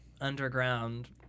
underground